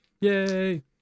Yay